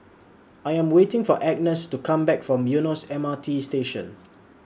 I Am waiting For Agness to Come Back from Eunos M R T Station